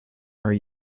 are